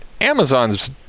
Amazon's